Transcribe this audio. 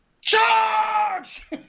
Charge